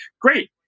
great